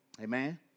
Amen